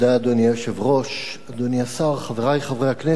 אדוני היושב-ראש, אדוני השר, חברי חברי הכנסת,